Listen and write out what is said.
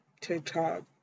TikTok